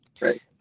Right